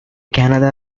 canada